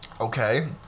Okay